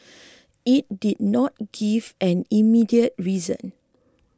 it did not give an immediate reason